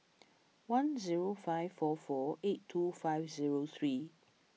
one zero five four four eight two five zero three